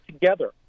together